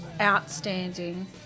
outstanding